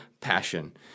passion